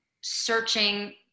searching